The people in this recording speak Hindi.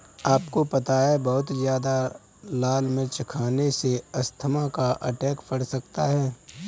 आपको पता है बहुत ज्यादा लाल मिर्च खाने से अस्थमा का अटैक पड़ सकता है?